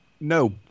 No